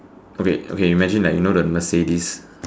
okay okay imagine like you know the Mercedes